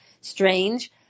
strange